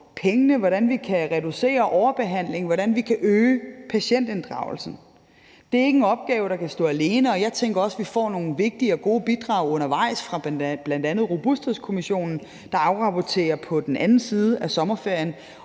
hvordan vi kan reducere overbehandling, og hvordan vi kan øge patientinddragelsen. Det er ikke en opgave, der kan stå alene, og jeg tænker også, at vi får nogle vigtige og gode bidrag undervejs fra bl.a. Robusthedskommissionen, der afrapporterer på den anden side af sommerferien,